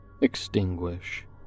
extinguish